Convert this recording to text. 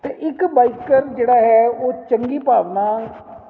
ਇੱਕ ਬਾਈਕਰ ਜਿਹੜਾ ਹੈ ਉਹ ਚੰਗੀ ਭਾਵਨਾ